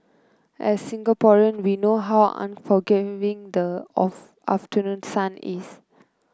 as Singaporean we know how unforgiving the of afternoon sun is